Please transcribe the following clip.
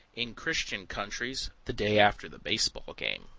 in christian countries, the day after the baseball game.